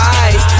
eyes